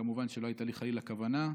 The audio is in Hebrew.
כמובן, חלילה, לא הייתה לי כוונה.